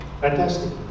Fantastic